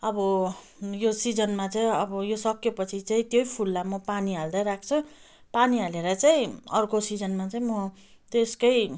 अब यो सिजनमा चाहिँ अब यो सक्यो पछि चाहिँ त्यही फुललाई म पानी हाल्दै राख्छु पानी हालेर चाहिँ अर्को सिजनमा चाहिँ म त्यसकै